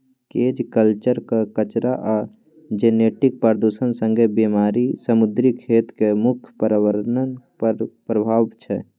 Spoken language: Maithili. केज कल्चरक कचरा आ जेनेटिक प्रदुषण संगे बेमारी समुद्री खेतीक मुख्य प्रर्याबरण पर प्रभाब छै